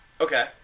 Okay